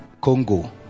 Congo